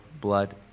blood